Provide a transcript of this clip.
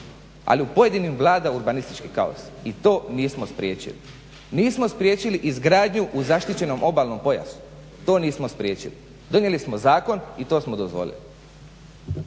ali u pojedinima vlada urbanistički kaos i to nismo spriječili. Nismo spriječili izgradnju u zaštićenom obalnom pojasu, to nismo spriječili. Donijeli smo zakon i to smo dozvolili.